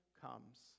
comes